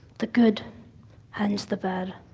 the good and the bad.